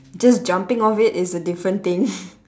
just jumping off it is a different thing